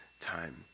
time